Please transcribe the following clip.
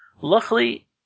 Luckily